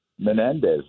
Menendez